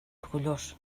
orgullós